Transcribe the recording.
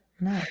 No